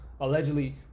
allegedly